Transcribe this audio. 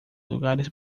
lugares